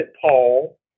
Paul